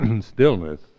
stillness